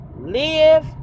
Live